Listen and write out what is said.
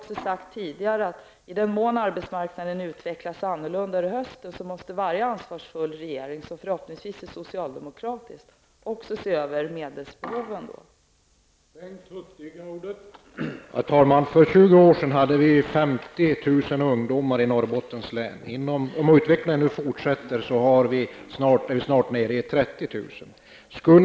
Men som jag också tidigare har sagt måste en ansvarsfull regering -- förhoppningsvis en socialdemokratisk sådan -- i den mån arbetsmarknaden utvecklas annorlunda under hösten se över medelsbehoven på detta område.